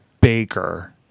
Baker